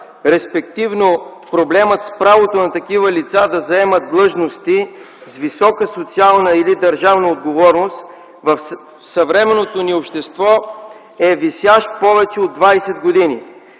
респективно проблемът с правото на такива лица да заемат длъжности с висока социална или държавна отговорност в съвременното ни общество, е висящ повече от 20 години.